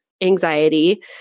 anxiety